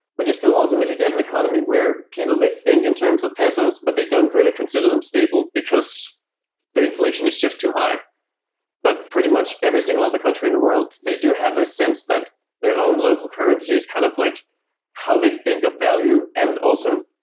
but you still ultimately get an economy where people they think in terms of pesos, but they don't really consider them stable, because the inflation is just too high but pretty much every single other country in the world, they do have this sense that their own local currency is kind of like how they think of value. and also,